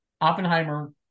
Oppenheimer